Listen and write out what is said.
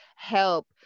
help